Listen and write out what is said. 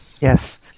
Yes